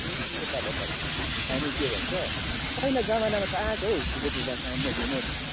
ए तब तब हामी के भन्छ पहिला जमानामा त आएको फुपू फुपासँग म घुमेको